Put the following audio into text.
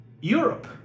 europe